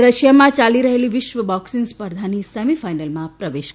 રશિયામાં ચાલી રહેલી વિશ્વ બોક્સિંગ સ્પર્ધાની સેમિફાઈનલમાં પ્રવેશ કર્યો છે